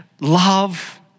love